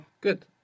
Good